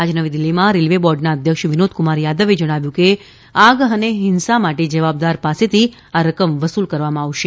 આજે નવી દિલ્હીમાં રેલવે બોર્ડના અધ્યક્ષ વિનોદક્રમાર યાદવે જણાવ્યું કે આગ અને હિંસા માટે જવાબદાર પાસેથી આ રકમ વસુલ કરવામાં આવશે